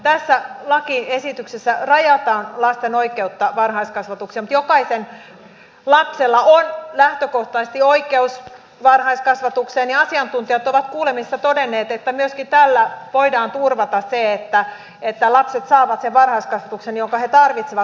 tässä lakiesityksessä rajataan lasten oikeutta varhaiskasvatukseen mutta jokaisella lapsella on lähtökohtaisesti oikeus varhaiskasvatukseen ja asiantuntijat ovat kuulemisessa todenneet että myöskin tällä voidaan turvata se että lapset saavat sen varhaiskasvatuksen jonka he tarvitsevat